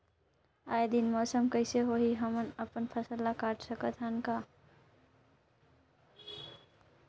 आय दिन मौसम कइसे होही, हमन अपन फसल ल काट सकत हन का?